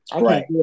Right